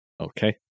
Okay